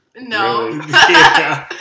No